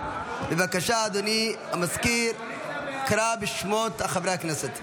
בבקשה, אדוני המזכיר, קרא בשמות חברי הכנסת.